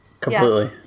Completely